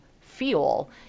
fuel